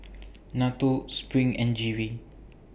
NATO SPRING and G V